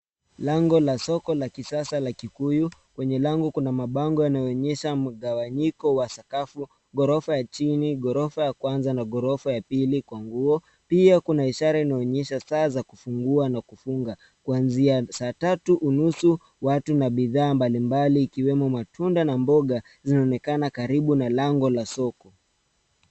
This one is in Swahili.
Lango la soko la kisasa la kikuyu. Kwenye lango kuna bango yanayoonyesha mgawanyiko wa sakafu, ghorofa ya chini ,ghorofa ya kwanza, ghorofa ya mbili kwa nguo, pia kuna ishara inaonyesha saa za kufungua na kufunga kuanzia saa tatu unusu. Watu na bidhaa mbalimbali ikiwemo matunda na mboga zinaonekana karibu na lango la soko.